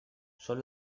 son